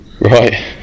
Right